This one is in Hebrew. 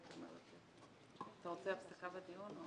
אתה רוצה הפסקה בדיון?